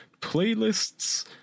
playlists